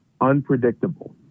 unpredictable